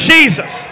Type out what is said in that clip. Jesus